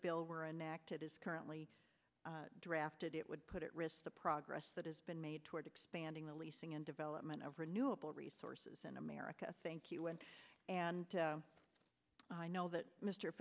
bill were enacted as currently drafted it would put at risk the progress that has been made toward expanding the leasing and development of renewable resources in america thank you and and i know that mr